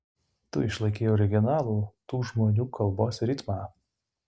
tu išlaikei originalų tų žmonių kalbos ritmą